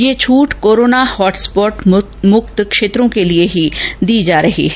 ये छूट corona hotspot मुक्त क्षेत्रों के लिए ही दी गई है